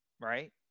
right